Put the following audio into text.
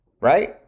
right